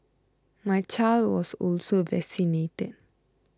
my child was also vaccinated